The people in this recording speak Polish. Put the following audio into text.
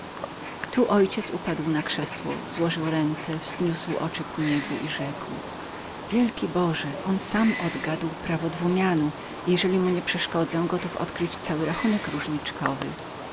tu mój ojciec upadł na krzesło złożył ręce wzniósł oczy ku niebu i rzekł wielki boże on sam odgadł prawa binomu i jeżeli mu nie przeszkodzę gotów odkryć cały rachunek